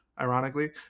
ironically